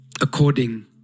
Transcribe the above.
according